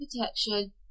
protection